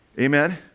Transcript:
amen